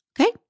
Okay